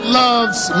loves